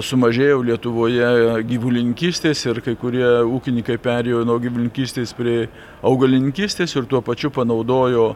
sumažėjo lietuvoje gyvulininkystės ir kai kurie ūkininkai perėjo nuo gyvulininkystės prie augalininkystės ir tuo pačiu panaudojo